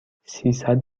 سیصد